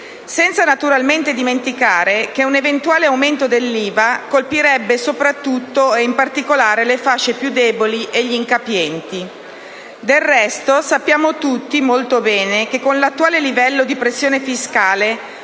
senza naturalmente dimenticare che un eventuale aumento dell'IVA colpirebbe soprattutto e in particolare le fasce più deboli e gli incapienti. Del resto, sappiamo tutti molto bene che con l'attuale livello di pressione fiscale